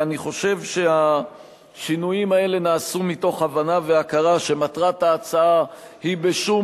אני חושב שהשינויים האלה נעשו מתוך הבנה והכרה שמטרת ההצעה היא בשום